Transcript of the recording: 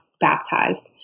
baptized